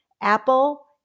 Apple